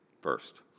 first